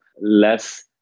less